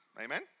Amen